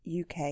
UK